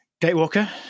Gatewalker